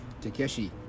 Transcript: Takeshi